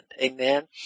Amen